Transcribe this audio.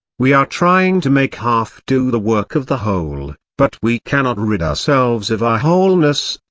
we are trying to make half do the work of the whole but we cannot rid ourselves of our wholeness,